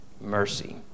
mercy